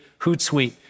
Hootsuite